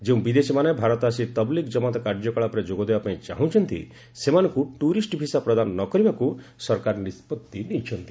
ଯେଉଁ ବିଦେଶୀମାନେ ଭାରତ ଆସି ତବଲିଗ୍ ଜମାତ କାର୍ଯ୍ୟକଳାପରେ ଯୋଗ ଦେବା ପାଇଁ ଚାହୁଁଛନ୍ତି ସେମାନଙ୍କୁ ଟୁରିଷ୍ଟ ଭିସା ପ୍ରଦାନ ନ କରିବାକୁ ସରକାର ନିଷ୍ପଭି ନେଇଛନ୍ତି